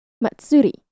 Matsuri